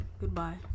Goodbye